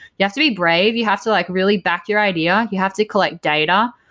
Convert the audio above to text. you have to be brave. you have to like really back your idea. you have to collect data.